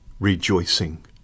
Rejoicing